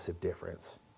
difference